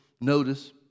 notice